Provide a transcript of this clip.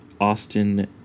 Austin